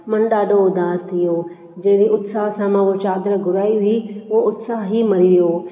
मन ॾाढो उदास थी वियो जहिड़े उत्साह सां मां उहा चादर घुराई हुई उहो उत्साह ई मरी वियो